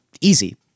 easy